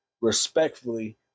respectfully